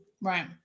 right